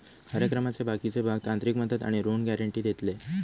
कार्यक्रमाचे बाकीचे भाग तांत्रिक मदत आणि ऋण गॅरेंटी देतले